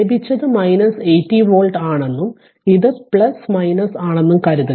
ലഭിച്ചത് 80 വോൾട്ട് ആണെന്നും ഇത് പ്ലസ് മൈനസ് ആണെന്നും കരുതുക